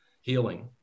healing